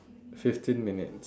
fifteen minutes